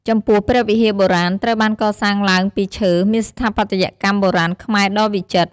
ចំពោះព្រះវិហារបុរាណ ត្រូវបានកសាងឡើងពីឈើ មានស្ថាបត្យកម្មបុរាណខ្មែរដ៏វិចិត្រ ។